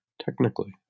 technically